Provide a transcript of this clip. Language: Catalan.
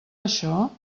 això